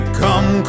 come